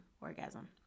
orgasm